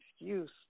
excuse